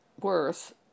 worth